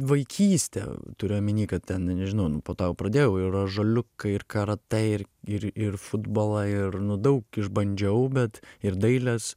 vaikystė turiu omeny kad ten nežinau po to jau pradėjau ir ąžuoliukai ir karatė ir ir ir futbolą ir nu daug išbandžiau bet ir dailės